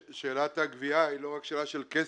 שאלת הגבייה היא לא רק שאלה של כסף,